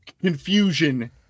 confusion